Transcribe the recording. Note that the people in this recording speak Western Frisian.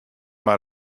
mar